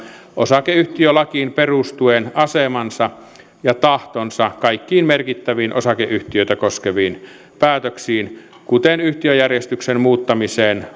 osakeyhtiölakiin perustuen asemansa ja tahtonsa kaikkiin merkittäviin osakeyhtiöitä koskeviin päätöksiin kuten yhtiöjärjestyksen muuttamisen